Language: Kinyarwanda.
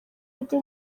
rwe